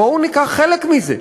בואו ניקח חלק מזה,